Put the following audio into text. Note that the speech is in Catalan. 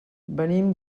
venim